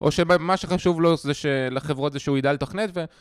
או שמה שחשוב לו זה ש... לחברות, זה שהוא ידע לתכנת ו...